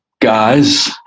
guys